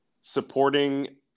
supporting